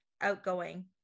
Outgoing